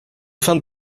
fand